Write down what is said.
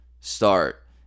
start